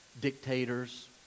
Dictators